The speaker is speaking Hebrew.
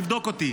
תבדוק אותי,